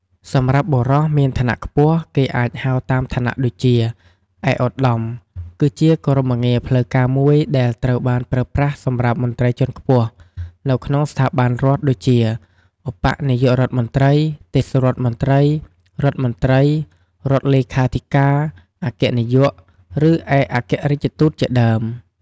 សម្រាប់បុរសមានឋានៈខ្ពស់ គេអាចហៅតាមឋានៈដូចជា "ឯកឧត្តម" គឺជាគោរមងារផ្លូវការមួយដែលត្រូវបានប្រើប្រាស់សម្រាប់ មន្ត្រីជាន់ខ្ពស់ នៅក្នុងស្ថាប័នរដ្ឋដូចជា ឧបនាយករដ្ឋមន្ត្រី ទេសរដ្ឋមន្ត្រី រដ្ឋមន្ត្រី រដ្ឋលេខាធិការ អគ្គនាយក ឬឯកអគ្គរាជទូតជាដើម។។